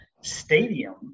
stadium